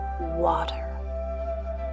water